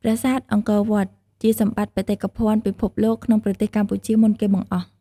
ប្រាសាទអង្គរវត្ត ជាសម្បត្តិបេតិកភណ្ឌពិភពលោកក្នុងប្រទេសកម្ពុជាមុនគេបង្អស់។